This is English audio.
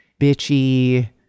bitchy